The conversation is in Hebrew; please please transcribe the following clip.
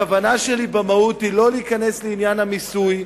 הכוונה שלי במהות היא לא להיכנס לעניין המיסוי,